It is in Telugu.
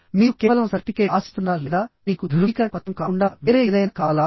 మీరు కేవలం సర్టిఫికేట్ ఆశిస్తున్నారా లేదా మీకు ధృవీకరణ పత్రం కాకుండా వేరే ఏదైనా కావాలా